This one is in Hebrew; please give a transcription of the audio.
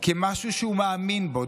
כמשהו שהוא מאמין בו,